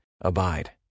Abide